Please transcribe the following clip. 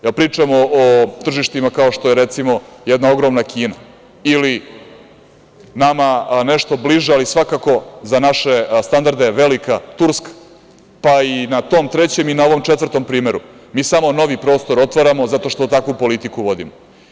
Pričamo o tržištima kao što je recimo jedna ogromna Kina ili nama nešto bliža ali svakako za naše standarde velika Turska, pa i na tom trećem i na ovom četvrtom primeru, mi samo novi prostor otvaramo zato što takvu politiku vodimo.